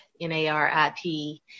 N-A-R-I-P